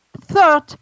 third